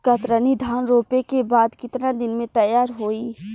कतरनी धान रोपे के बाद कितना दिन में तैयार होई?